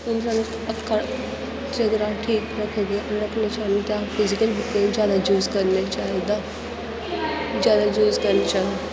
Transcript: हून जियां अक्खां जेकर अस ठीक रक्खगै रक्खना चाह्न्ने ते अस फिजीकल बुक्कें दा जैदा यूज करना चाहिदा जैदा यूज करना चाहिदा